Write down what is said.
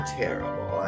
terrible